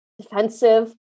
defensive